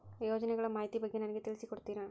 ಯೋಜನೆಗಳ ಮಾಹಿತಿ ಬಗ್ಗೆ ನನಗೆ ತಿಳಿಸಿ ಕೊಡ್ತೇರಾ?